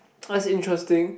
that's interesting